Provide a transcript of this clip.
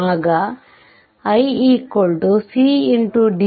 ಆಗ i c dbdt